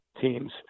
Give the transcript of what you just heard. teams